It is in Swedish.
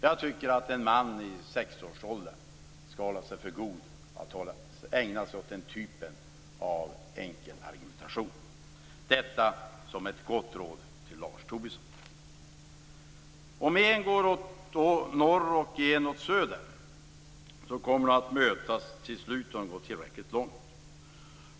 Jag tycker att en man i sextioårsåldern skall hålla sig för god att ägna sig åt den typen av enkel argumentation, detta som ett gott råd till Lars Om en går åt norr och en åt söder kommer de till slut att mötas om de går tillräckligt långt.